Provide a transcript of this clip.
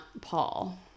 paul